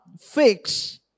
fix